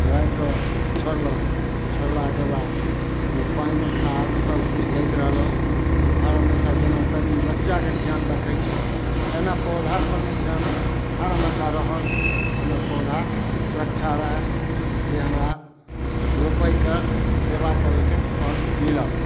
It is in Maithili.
रैङ्ग कऽ छोड़लहुँ छोड़लाके बाद ओइमे पानि खाद सभकिछु दैत रहलहुँ हर हमेशा जेना तनिगो बच्चाके ध्यान रखय छै तेना पौधापर मे ध्यान हर हमेशा रहल जे हमर पौधा सुरक्षा रहय जे हमरा रोपयके सेवा करयके फल मिलत